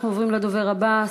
אנחנו עוברים לדובר הבא,